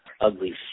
ugly